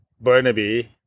Burnaby